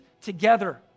together